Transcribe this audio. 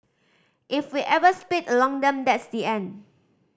if we ever split along them that's the end